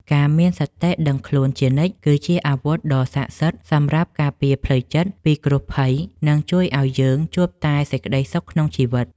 ការមានសតិដឹងខ្លួនជានិច្ចគឺជាអាវុធដ៏សក្ដិសិទ្ធិសម្រាប់ការពារផ្លូវចិត្តពីគ្រោះភ័យ និង ជួយឱ្យយើងជួបតែសេចក្តីសុខក្នុងជីវិត។